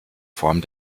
form